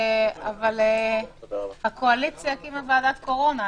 אבל הקואליציה הקימה ועדת קורונה,